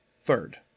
Third